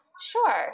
Sure